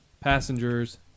Passengers